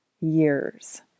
years